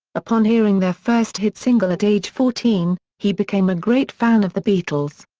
upon hearing their first hit single at age fourteen, he became a great fan of the beatles.